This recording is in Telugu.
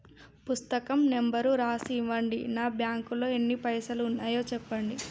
పుస్తకం నెంబరు రాసి ఇవ్వండి? నా బ్యాంకు లో ఎన్ని పైసలు ఉన్నాయో చెప్పండి?